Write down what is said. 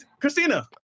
Christina